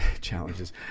Challenges